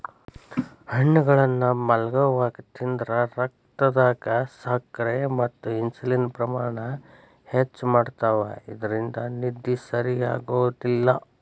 ಹಣ್ಣುಗಳನ್ನ ಮಲ್ಗೊವಾಗ ತಿಂದ್ರ ರಕ್ತದಾಗ ಸಕ್ಕರೆ ಮತ್ತ ಇನ್ಸುಲಿನ್ ಪ್ರಮಾಣ ಹೆಚ್ಚ್ ಮಾಡ್ತವಾ ಇದ್ರಿಂದ ನಿದ್ದಿ ಸರಿಯಾಗೋದಿಲ್ಲ